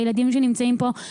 הילדים שנמצאים פה,